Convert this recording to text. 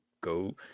go